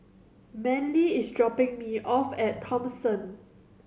Manly is dropping me off at Thomson